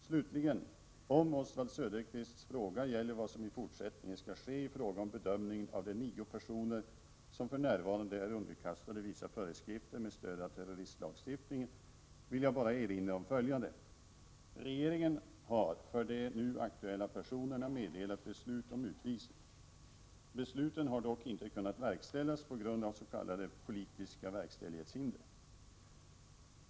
Slutligen: Om Oswald Söderqvists fråga gäller vad som i fortsättningen skall ske i fråga om bedömningen av de nio personer som för närvarande är underkastade vissa föreskrifter med stöd av terroristlagstiftningen, vill jag bara erinra om följande. Regeringen har för de nu aktuella personerna meddelat beslut om utvisning. Besluten har dock inte kunnat verkställas på grund av s.k. politiska verkställighetshinder.